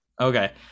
Okay